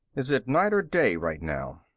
is it night or day right now?